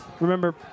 Remember